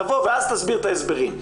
תבוא ואז תסביר את ההסברים.